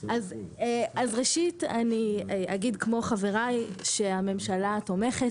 ראשית, אני אגיד כמו חבריי שהממשלה תומכת.